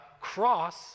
cross